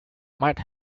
might